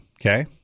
Okay